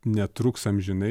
netruks amžinai